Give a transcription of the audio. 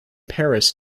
paris